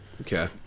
okay